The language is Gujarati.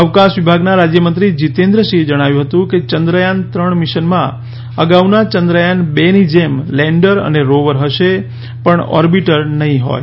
અવકાશ વિભાગના રાજ્યમંત્રી જીતેન્દ્ર સિંહે જણાવ્યું હતું કે ચંદ્રયાન ત્રણ મિશનમાં અગાઉના ચંદ્રયાન બેની જેમ લેન્ડર અને રોવર હશે પણ ઑર્બીટર નહીં હોય